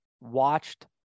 watched